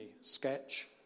sketch